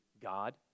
God